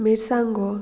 मिरसांगो